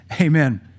Amen